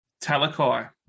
Talakai